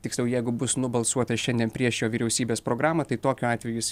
tiksliau jeigu bus nubalsuota šiandien prieš jo vyriausybės programą tai tokiu atveju jis